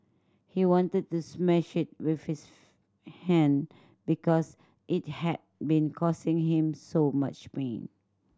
he wanted to smash it with his hand because it had been causing him so much pain